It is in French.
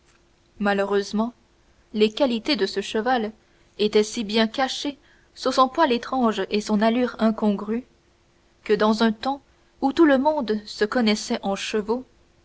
malheureusement les qualités de ce cheval étaient si bien cachées sous son poil étrange et son allure incongrue que dans un temps où tout le monde se connaissait en chevaux